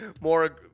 more